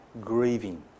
grieving